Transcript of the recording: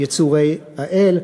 יצורי האל.